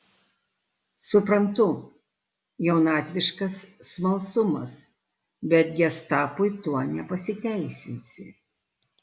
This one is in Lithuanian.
suprantu jaunatviškas smalsumas bet gestapui tuo nepasiteisinsi